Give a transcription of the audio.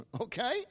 okay